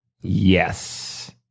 Yes